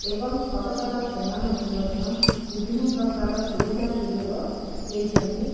ଏବଂ ସରକାର ସେମାନଙ୍କୁ ମଧ୍ୟ ବିଭିନ୍ନ ପ୍ରକାର ସୁବିଧା ସୁଯୋଗ ଦେଇଛନ୍ତି